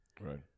right